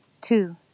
two